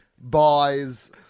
buys